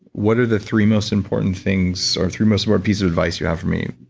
what are the three most important things or three most smart piece of advice you have for me,